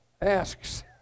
asks